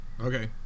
Okay